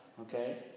okay